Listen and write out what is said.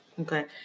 Okay